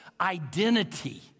identity